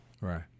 Right